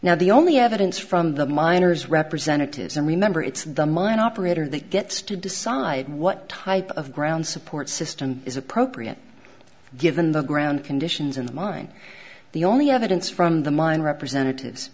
now the only evidence from the miners representatives and remember it's the mine operator that gets to decide what type of ground support system is appropriate given the ground conditions in the mine the only evidence from the mine representatives